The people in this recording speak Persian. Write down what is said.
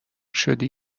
شدی